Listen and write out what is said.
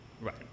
Right